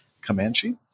Comanche